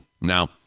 Now